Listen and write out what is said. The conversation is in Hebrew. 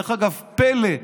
דרך אגב, זה פלא.